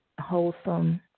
wholesome